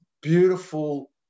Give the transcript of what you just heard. beautiful